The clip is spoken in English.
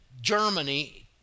Germany